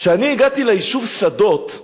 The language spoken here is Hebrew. כשהגעתי ליישוב שדות,